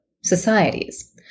societies